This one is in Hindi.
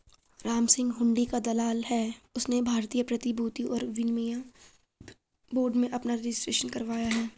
रामसिंह हुंडी का दलाल है उसने भारतीय प्रतिभूति और विनिमय बोर्ड में अपना रजिस्ट्रेशन करवाया है